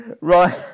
right